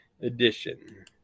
edition